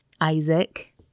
Isaac